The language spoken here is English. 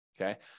Okay